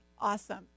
awesome